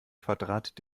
quadrat